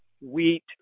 wheat